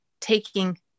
taking